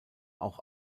auch